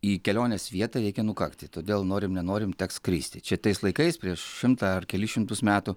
į kelionės vietą reikia nukakti todėl norim nenorim teks skristi čia tais laikais prieš šimtą ar kelis šimtus metų